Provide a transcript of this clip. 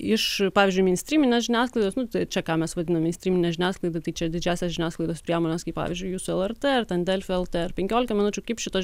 iš pavyzdžiui meinstryminės žiniasklaidos nu čia ką mes vadinam meinstryminę žiniasklaidą tai čia didžiąsias žiniasklaidos priemones kaip pavyzdžiui jūsų lrt ar ten delfi lt ar penkiolika minučių kaip šitos